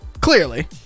clearly